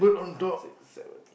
six seven eight